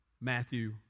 Matthew